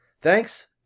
Thanks